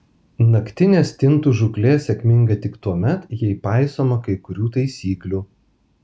naktinė stintų žūklė sėkminga tik tuomet jei paisoma kai kurių taisyklių